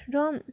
र